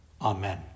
amen